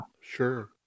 Sure